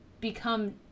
become